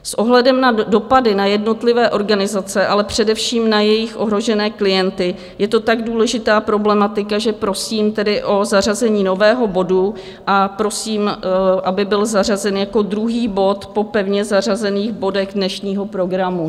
S ohledem na dopady na jednotlivé organizace, ale především na jejich ohrožené klienty je to tak důležitá problematika, že prosím tedy o zařazení nového bodu a prosím, aby byl zařazen jako druhý bod po pevně zařazených bodech dnešního programu.